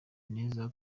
neza